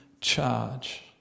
charge